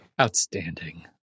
Outstanding